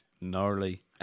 gnarly